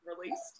released